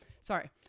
sorry